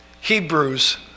Hebrews